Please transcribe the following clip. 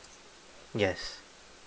yes